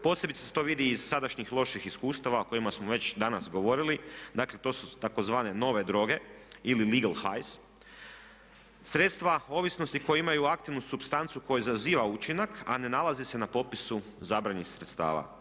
posebice se to vidi iz sadašnjih loših iskustava o kojima smo već danas govorili, dakle to su tzv. nove droge ili legal highs, sredstva ovisnosti koje imaju aktivnu supstancu koja zaziva učinak a ne nalazi se na popisu zabranjenih sredstava.